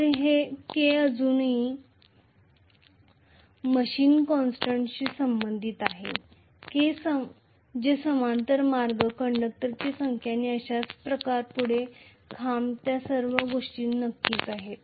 तर के अजूनही मशीन कॉन्स्टंट्सशी संबंधित आहे जे समांतर मार्ग कंडक्टरची संख्या आणि अशाच प्रकारे पुढे आहे पोल्स त्या सर्व गोष्टी नक्कीच आहेत